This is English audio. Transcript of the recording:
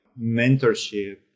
mentorship